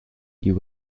you